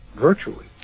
virtually